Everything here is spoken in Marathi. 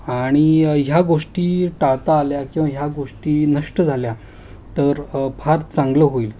आणि ह्या गोष्टी टाळता आल्या किंवा ह्या गोष्टी नष्ट झाल्या तर फार चांगलं होईल